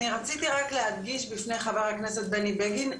אני רציתי רק להדגיש בפני חבר הכנסת בני בגין,